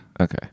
Okay